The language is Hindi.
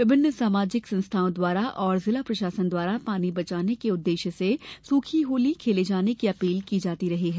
विभिन्न सामाजिक संस्थाओं द्वारा एवं जिला प्रशासन द्वारा पानी बचाने के उद्देश्य से सूखी होली खेले जाने की अपील की जाती रही है